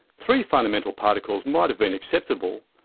three fundamental particles might have been acceptable,